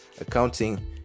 accounting